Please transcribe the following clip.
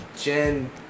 Gen